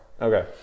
Okay